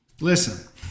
Listen